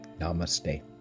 Namaste